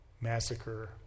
Massacre